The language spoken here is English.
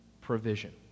provision